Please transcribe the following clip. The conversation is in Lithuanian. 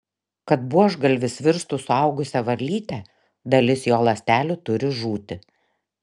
kad buožgalvis virstų suaugusia varlyte dalis jo ląstelių turi žūti